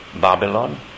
Babylon